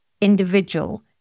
individual